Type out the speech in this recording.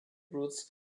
roots